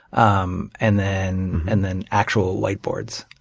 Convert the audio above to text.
um and then and then actual whiteboards.